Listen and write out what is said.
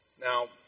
Now